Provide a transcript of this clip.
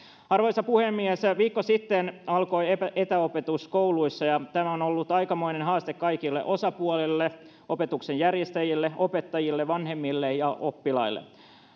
arvoisa puhemies viikko sitten alkoi etäopetus kouluissa ja tämä on ollut aikamoinen haaste kaikille osapuolille opetuksen järjestäjille opettajille vanhemmille ja oppilaille